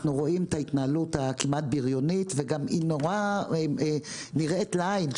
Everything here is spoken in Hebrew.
אנחנו רואים את ההתנהלות הכמעט בריונית וגם היא נורא נראית לעין.